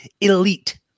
Elite